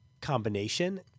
combination